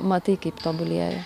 matai kaip tobulėja